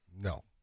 No